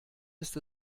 ist